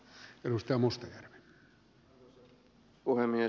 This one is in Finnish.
arvoisa puhemies